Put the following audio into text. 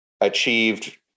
achieved